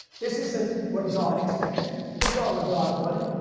this isn't what god expected. it's not what god wanted.